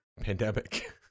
pandemic